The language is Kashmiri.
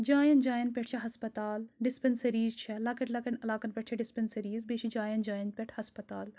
جایَن جایَن پؠٹھ چھِ ہَسپَتال ڈِسپَنسٔریٖز چھےٚ لۄکٕٹۍ لۄکٕٹٮ۪ن علاقَن پؠٹھ چھِ ڈِسپَنسٔریٖز بیٚیہِ چھِ جایَن جایَن پؠٹھ ہَسپَتال